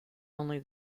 only